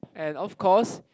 and of course